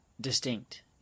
distinct